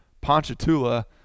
Ponchatoula